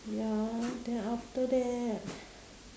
ya then after that